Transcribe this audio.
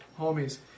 homies